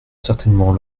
certainement